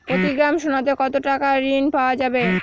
প্রতি গ্রাম সোনাতে কত টাকা ঋণ পাওয়া যাবে?